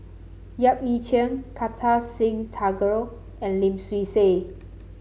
Yap Ee Chian Kartar Singh Thakral and Lim Swee Say